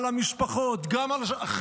על המשפחות,